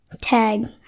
tag